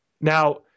Now